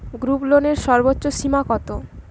গ্রুপলোনের সর্বোচ্চ সীমা কত?